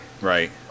Right